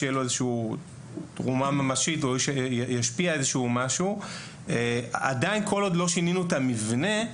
שתהיה לו איזושהי תרומה או השפעה ממשית כל עוד לא שינינו את המבנה,